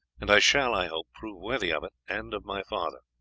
and i shall, i hope, prove worthy of it, and of my father.